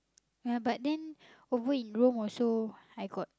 ya but then over in Rome also I got